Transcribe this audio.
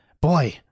boy